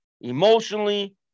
emotionally